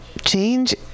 change